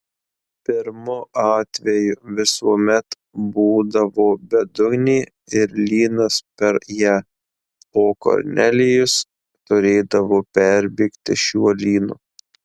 pirmu atveju visuomet būdavo bedugnė ir lynas per ją o kornelijus turėdavo perbėgti šiuo lynu